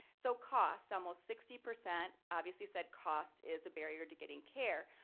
so cost. almost sixty percent obviously said cost is a barrier to getting care.